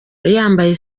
yambaye